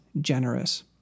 generous